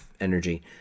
energy